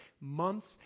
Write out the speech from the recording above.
months